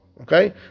Okay